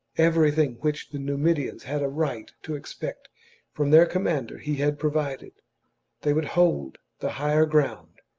everything which the numidians had a right to expect from their com mander he had provided they would hold the higher ground,